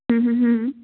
ਹਮ